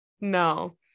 No